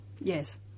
Yes